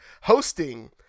hosting